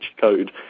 code